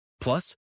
Plus